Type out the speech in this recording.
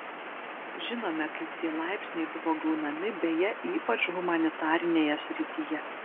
žinome kaip tie laipsniai buvo gaunami beje ypač humanitarinėje srityje